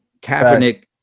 Kaepernick